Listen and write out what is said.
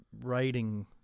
writing